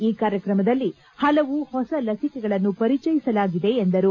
ಈ ಕಾರ್ಯಕ್ರಮದಲ್ಲಿ ಹಲವು ಹೊಸ ಲಸಿಕೆಗಳನ್ನು ಪರಿಚಯಿಸಲಾಗಿದೆ ಎಂದರು